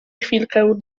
chwilkę